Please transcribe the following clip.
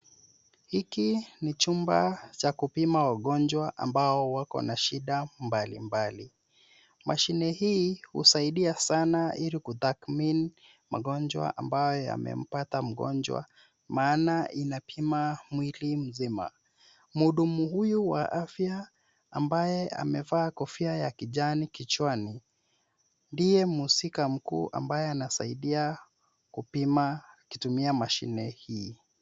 Hiki ni chumba cha kupima wagonjwa ambao wako na shida mbalimbali. Mashine hii husaidia sana ili kutathmini magonjwa ambayo yamempata mgonjwa, maana inapima mwili mzima. Mhudumu huyu wa afya ambaye amevaa kofia ya kijani kichwani ndiye mhusika mkuu ambaye anasaidia kupima akitumia mashine hii.